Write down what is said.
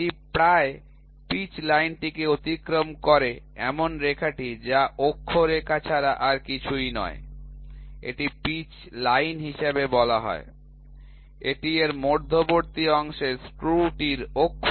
এটি প্রায় পিচ লাইনটিকে অতিক্রম করে এমন রেখাটি যা অক্ষ রেখা ছাড়া আর কিছুই নয় এটি পিচ লাইন হিসাবে বলা হয় এটি এর মধ্যবর্তী অংশের স্ক্রুটির অক্ষ